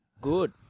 Good